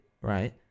right